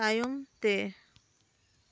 ᱛᱟᱭᱚᱢ ᱛᱮ